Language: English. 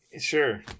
Sure